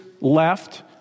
left